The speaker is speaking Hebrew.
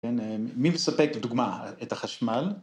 כן.. אה.. ‫מי מספק לדוגמה את החשמל?